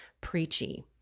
preachy